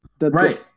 Right